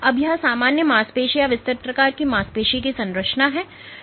अब यह सामान्य मांसपेशी या विस्तृत प्रकार की मांसपेशी की संरचना है